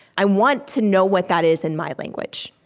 i want to know what that is, in my language.